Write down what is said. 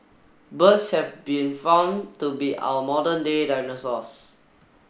birds have been found to be our modern day dinosaurs